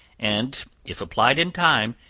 and, if applied in time,